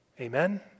Amen